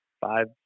five